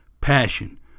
Passion